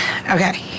Okay